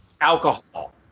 alcohol